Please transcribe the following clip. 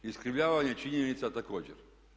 Iskrivljavanje činjenica također.